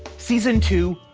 season two,